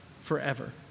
forever